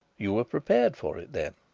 you were prepared for it then?